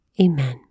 Amen